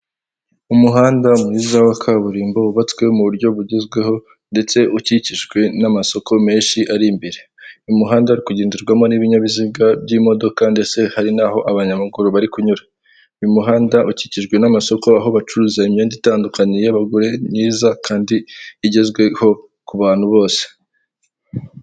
Aha ni ukwamamaza ibyiza bya Radiyanti yacu, aho bavuga ko ibihe nk'ibi bakagenda bavuga bataka Radiyanti harimo umugore n'umugabo, umusaza n'umukecuru bishimanye kubera bafite ubuzima bwiza, bakagushishikariza niba ushaka kugira icyo ugira kanda akanyenyeri maganatatu na mirongo itatu na rimwe.